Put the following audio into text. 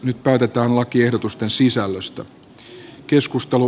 nyt päätetään lakiehdotusten sisällöstä